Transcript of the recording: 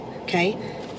okay